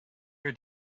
your